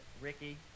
Ricky